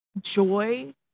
joy